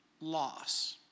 loss